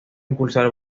impulsar